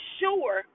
sure